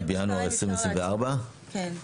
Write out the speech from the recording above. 1 בינואר 2024. כן.